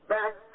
back